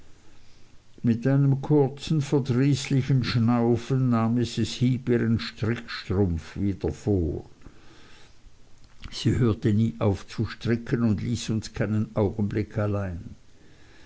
mit einem kurzen verdrießlichen schnaufen nahm mrs heep ihren strickstrumpf wieder vor sie hörte nie auf zu stricken und ließ uns keinen augenblick allein